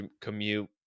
commute